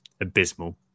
abysmal